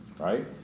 right